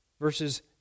verses